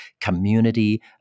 community